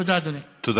תודה, אדוני.